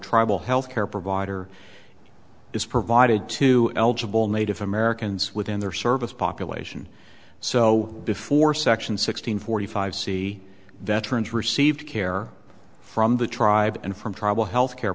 tribal healthcare provider is provided to eligible native americans within their service population so before section six hundred forty five c veterans received care from the tribe and from tribal health care